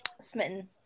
smitten